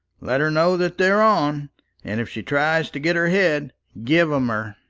let her know that they're on and if she tries to get her head, give em her.